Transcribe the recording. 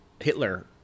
Hitler